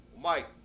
Mike